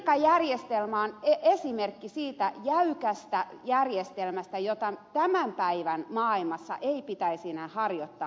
virkajärjestelmä on esimerkki siitä jäykästä järjestelmästä jota tämän päivän maailmassa ei pitäisi enää harjoittaa